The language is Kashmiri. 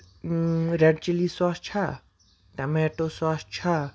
ریڈ چِلی ساس چھا ٹمیٹو ساس چھا